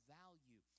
value